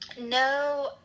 No